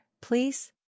please